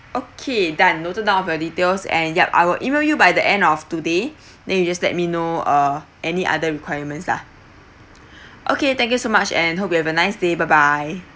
okay done noted down of your details and yup I will E-mail you by the end of today then you just let me know uh any other requirements lah okay thank you so much and hope you have a nice day bye bye